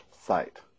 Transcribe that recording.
site